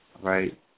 right